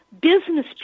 business